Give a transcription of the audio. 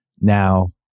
Now